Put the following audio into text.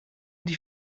die